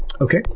Okay